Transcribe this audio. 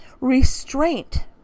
restraint